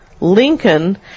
Lincoln